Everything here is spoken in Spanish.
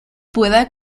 pueda